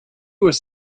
was